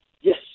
Yes